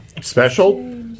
Special